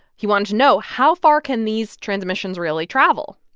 he wanted to know, how far can these transmissions really travel?